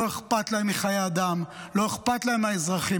לא אכפת להם מחיי אדם, לא אכפת להם מהאזרחים.